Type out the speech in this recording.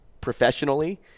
professionally